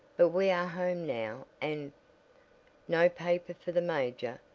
but we are home now and no paper for the major,